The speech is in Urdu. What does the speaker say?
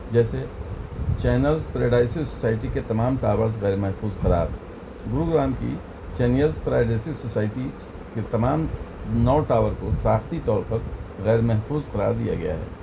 جیسے چینلس پریڈائسیس سوسائٹی کے تمام ٹاورس غیر محفوظ قرار گروگرام کی چینیلس پرائیڈیسی سوسائٹی کے تمام نو ٹاور کو ساختی طور پر غیر محفوظ قرار دیا گیا ہے